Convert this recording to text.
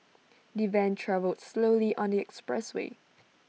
the van travelled slowly on the expressway